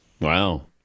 Wow